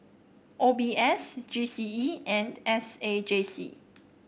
O B S G C E and S A J C